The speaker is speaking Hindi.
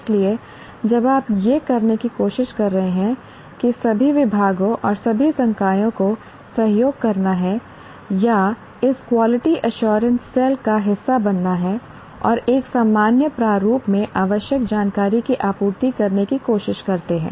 इसलिए जब आप यह करने की कोशिश कर रहे हैं कि सभी विभागों और सभी संकायों को सहयोग करना है या इस क्वालिटी एश्योरेंस सेल का हिस्सा बनना है और एक सामान्य प्रारूप में आवश्यक जानकारी की आपूर्ति करने की कोशिश करते हैं